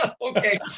Okay